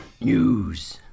news